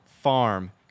farm